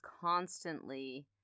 constantly